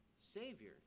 Savior